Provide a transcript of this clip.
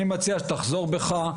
אני מציע שתחזור בך.